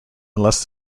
unless